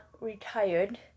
retired